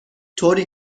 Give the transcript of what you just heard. طوری